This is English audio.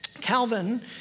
Calvin